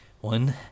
one